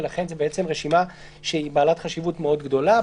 ולכן זו רשימה שהיא בעלת חשיבות מאוד גדולה.